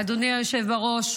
אדוני היושב-ראש,